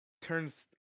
turns